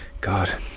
God